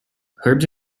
herbs